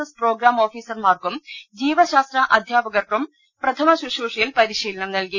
S programme ഓഫീസർമാർക്കും ജീവശാസ്ത്ര അധ്യാപകർക്കും പ്രഥമ ശുശ്രൂഷയിൽ പരിശ്രീലനം നൽകി